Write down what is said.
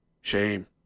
shame